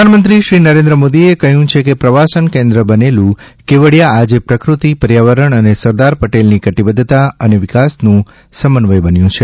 પ્રધાનમંત્રી શ્રી નરેન્દ્ર મોદીએ કહ્યું છે કે પ્રવાસન કેન્દ્ર બનેલું કેવડીયા આજે પ્રદૃતિ પર્યાવરણ અને સરદાર પટેલની કટિબદ્ધતા અને વિકાસનું સમન્વય બન્યું છે